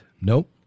Nope